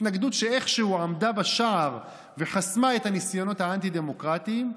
התנגדות שאיכשהו עמדה בשער וחסמה את הניסיונות האנטי-דמוקרטיים,